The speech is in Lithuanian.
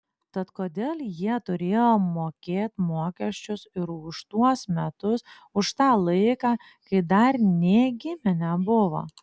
tad kodėl jie turėjo mokėt mokesčius ir už tuos metus už tą laiką kai dar nė gimę nebuvo